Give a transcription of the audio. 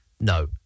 No